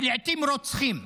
ולעיתים רוצחים.